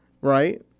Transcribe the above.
right